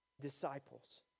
disciples